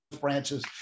branches